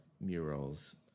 murals